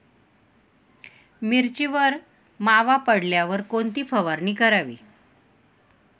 मिरचीवर मावा पडल्यावर कोणती फवारणी करावी?